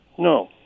No